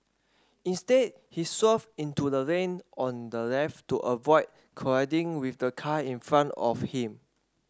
instead he swerved into the lane on the left to avoid colliding with the car in front of him